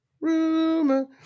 Rumor